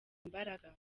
imbaraga